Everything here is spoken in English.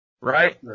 right